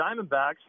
Diamondbacks